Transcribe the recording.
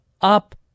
up